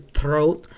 throat